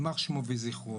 יימח שמו וזכרו.